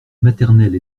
maternelle